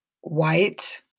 white